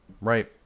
Right